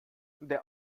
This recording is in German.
der